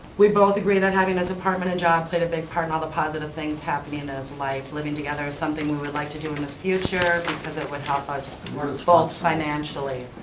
we both agreed on having this apartment. a and job played a big part in all the positives things happening in ah his life. living together is something we would like to do in the future because it would help us both financially.